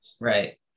Right